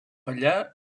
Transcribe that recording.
allà